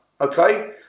Okay